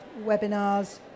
webinars